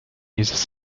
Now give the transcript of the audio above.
uses